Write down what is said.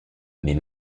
mais